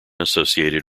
associated